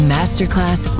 Masterclass